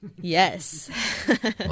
yes